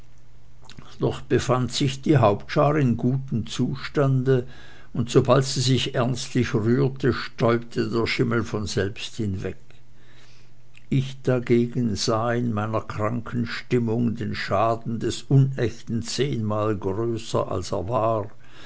doch befand sich die hauptschar in gesundem zustande und sobald sie sich ernstlich rührte stäubte der schimmel von selbst hinweg ich dagegen sah in meiner kranken stimmung den schaden des unechten zehnmal größer als er war